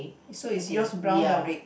so is yours brown or red